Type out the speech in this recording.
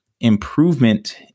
improvement